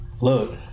look